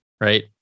right